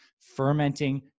fermenting